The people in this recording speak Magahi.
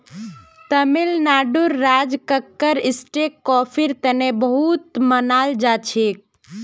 तमिलनाडुर राज कक्कर स्टेट कॉफीर तने बहुत मनाल जाछेक